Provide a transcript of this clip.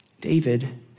David